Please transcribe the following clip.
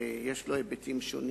ויש לו היבטים שונים.